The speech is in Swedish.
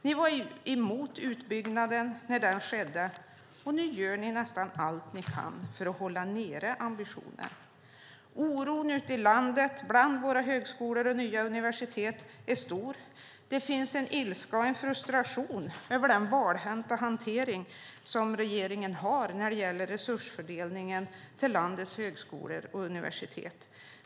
Ni var emot utbyggnaden när den skedde, och nu gör ni nästan allt ni kan för att hålla nere ambitionen. Oron ute i landet bland våra högskolor och nya universitet är stor. Det finns en ilska och en frustration över den valhänta hantering som regeringen har när det gäller resursfördelningen till landets högskolor och universitet.